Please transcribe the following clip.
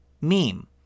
meme